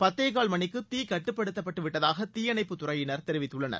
பத்தேகால் மணிக்கு தீ கட்டுப்படுத்தப்பட்டுவிட்டதாக தீயணைப்புத்துறையினர் தெரிவித்துள்ளனர்